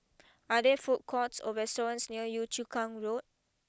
are there food courts or restaurants near Yio Chu Kang Road